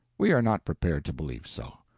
we are not prepared to believe so,